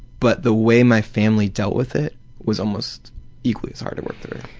but the way my family dealt with it was almost equally as hard to work through.